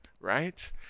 Right